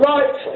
Right